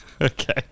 Okay